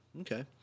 Okay